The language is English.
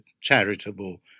charitable